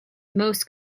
most